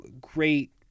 great